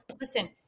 listen